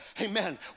Amen